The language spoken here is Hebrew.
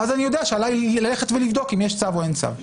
ואז אני יודע שעליי ללכת ולבדוק אם יש צו או אין צו.